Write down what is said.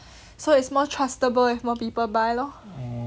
so it's more trustable if more people buy lor